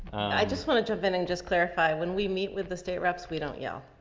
i just want to jump in and just clarify. when we meet with the state reps, we don't yell.